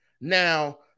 Now